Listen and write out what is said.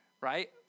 right